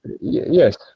yes